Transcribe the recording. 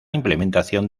implementación